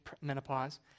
menopause